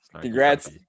Congrats